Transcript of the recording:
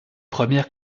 premières